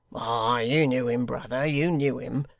ay, you knew him, brother, you knew him.